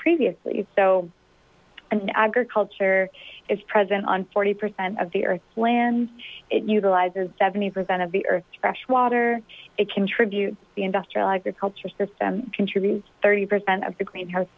previously so in agriculture is present on forty percent of the earth land it utilizes seventy percent of the earth's freshwater it contributes the industrial agriculture system contributes thirty percent of the greenhouse